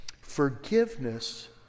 Forgiveness